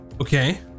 Okay